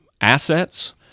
assets